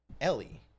Ellie